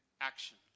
action